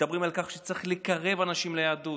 מדברים על כך שצריך לקרב אנשים ליהדות,